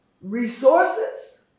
Resources